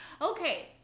Okay